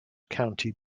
county